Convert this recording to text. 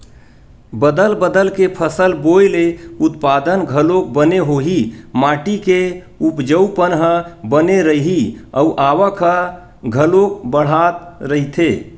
बदल बदल के फसल बोए ले उत्पादन घलोक बने होही, माटी के उपजऊपन ह बने रइही अउ आवक ह घलोक बड़ाथ रहीथे